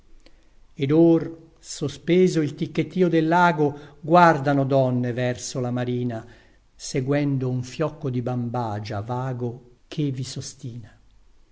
ed or sospeso il ticchettio dellago guardano donne verso la marina seguendo un fiocco di bambagia vago che vi sostina